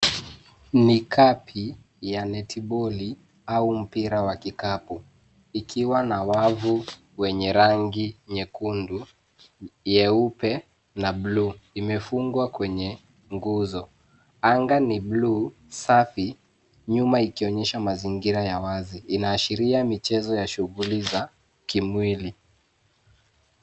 Ni kapi ya netiboli au mpira wa kikapu. Ikiwa na wavu lenye rangi nyekundu, nyeupe na blue . Imefungwa kwenye nguzo. Anga ni blue safi nyuma ikionyesha mazingira ya wazi, inaashiria michezo ya shughuli za kimwili.